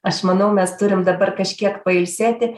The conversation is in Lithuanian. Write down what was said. aš manau mes turim dabar kažkiek pailsėti